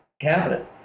cabinet